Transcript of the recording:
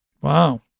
Wow